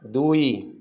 ଦୁଇ